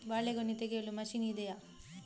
ಬಾಳೆಗೊನೆ ತೆಗೆಯಲು ಮಷೀನ್ ಇದೆಯಾ?